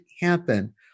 happen